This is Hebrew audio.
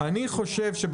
אני חושב שזה On going.